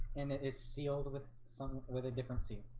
and it is sealed with some with a different seat